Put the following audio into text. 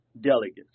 delegates